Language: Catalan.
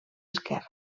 esquerre